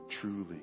truly